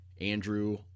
Andrew